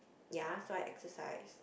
ya so I exercise